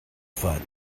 foot